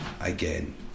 again